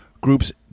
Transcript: groups